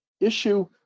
issue